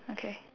okay